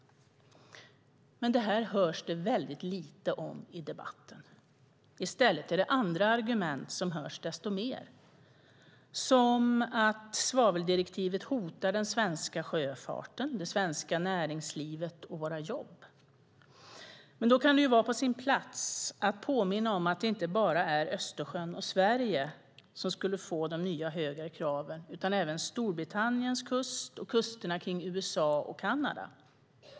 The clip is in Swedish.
Men det hörs lite om dessa frågor i debatten. I stället är det andra argument som hörs desto mer, till exempel att svaveldirektivet hotar den svenska sjöfarten, det svenska näringslivet och våra jobb. Då kan det vara på sin plats att påminna om att det inte är bara Östersjön och Sverige som skulle få del av de nya höga kraven utan även Storbritanniens kust och kusterna runt USA och Kanada.